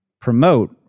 promote